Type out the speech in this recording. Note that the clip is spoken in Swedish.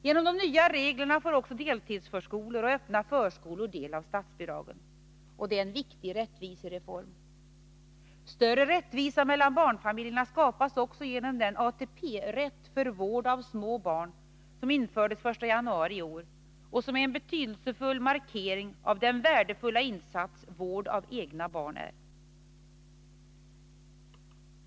Genom de nya reglerna får också deltidsförskolor och öppna förskolor del av statsbidragen. Det är en viktig rättvisereform. Större rättvisa mellan barnfamiljerna skapas också genom den ATP-rätt för vård av små barn som infördes den 1 januari i år och som är en betydelsefull markering av den värdefulla insats vård av egna barn är.